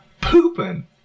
pooping